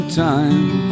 time